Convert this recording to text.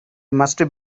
must